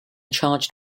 charged